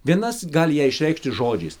vienas gali ją išreikšti žodžiais